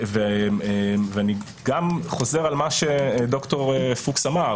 אני גם חוזר על מה שד"ר פוקס אמר,